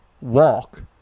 walk